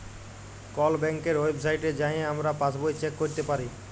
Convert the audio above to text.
call ব্যাংকের ওয়েবসাইটে যাঁয়ে আমরা পাসবই চ্যাক ক্যইরতে পারি